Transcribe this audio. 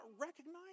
recognize